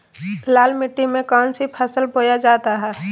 लाल मिट्टी में कौन सी फसल बोया जाता हैं?